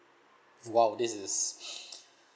!wow! this is